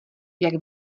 jak